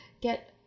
get